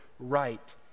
right